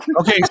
Okay